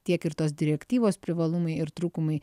tiek ir tos direktyvos privalumai ir trūkumai